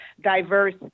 diverse